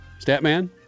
Statman